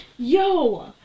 Yo